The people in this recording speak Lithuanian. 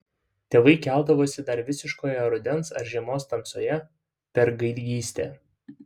tėvai keldavosi dar visiškoje rudens ar žiemos tamsoje per gaidgystę